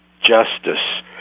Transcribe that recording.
justice